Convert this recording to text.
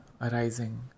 arising